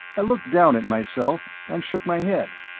i looked down at myself, and shook my head.